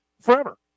forever